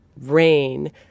rain